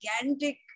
gigantic